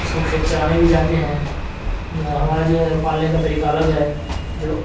اس کو کھیت چلانے بھی جاتے ہیں جو ہے ہمارا جو ہے پالنے کا طریقہ الگ ہے جو